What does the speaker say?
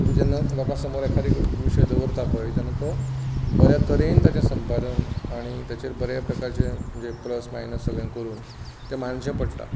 तुमी जेन्ना लोकां समोर एखादो विशय दवरता पळय तेन्ना तो बरें तरेन ताचें संपादन आनी ताचेर बऱ्या प्रकारचे म्हणजे प्लस मायनस करून तें मांडचें पडटा